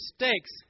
mistakes